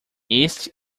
este